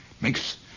Makes